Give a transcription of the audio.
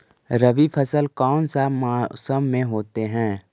रवि फसल कौन सा मौसम में होते हैं?